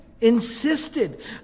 Insisted